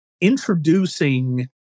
introducing